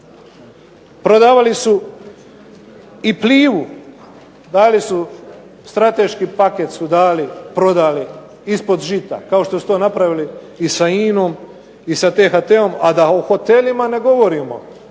Prodavali su i Plivu, dali su strateški paket, prodali ispod žita. Kao što su to napravili i sa INA-om i sa THT-om, a da o hotelima i ne govorimo